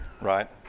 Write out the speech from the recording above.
right